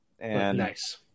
Nice